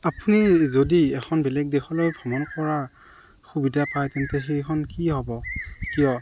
আপুনি যদি এখন বেলেগ দেশলৈ ভ্ৰমণ কৰাৰ সুবিধা পায় তেন্তে সেইখন কি হ'ব কিয়